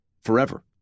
forever